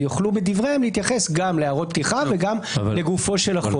ויוכלו בדבריהם להתייחס גם להערות פתיחה וגם לגופו של החוק.